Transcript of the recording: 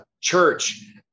church